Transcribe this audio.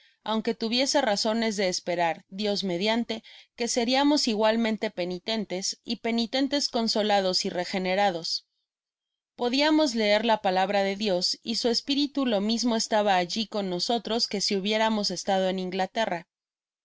aunque tuviese razones de esp erar dios mediante que seriamos igualmente penitentes y penitentes consolados y regenerados podiamos leer la palabra de dios y su espíritu lo mismo estaba allí con nosotros que si hubiéramos estado en inglaterra me